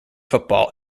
football